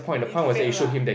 he failed lah